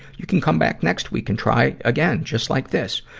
you can come back next week and try again, just like this.